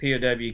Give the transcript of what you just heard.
POW